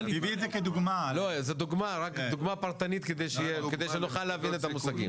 רק דוגמה פרטנית כדי שנוכל להבין את המושגים.